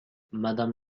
madame